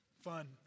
Fun